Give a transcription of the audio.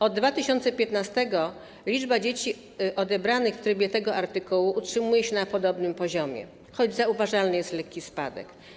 Od 2015 r. liczba dzieci odebranych w trybie tego artykułu utrzymuje się na podobnym poziomie, choć zauważalny jest lekki spadek.